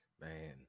Man